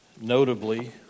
notably